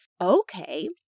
okay